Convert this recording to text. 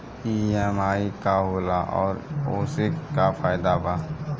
EMI का होला और ओसे का फायदा बा?